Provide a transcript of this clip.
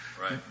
Right